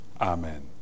Amen